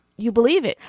you believe it.